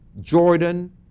Jordan